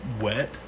wet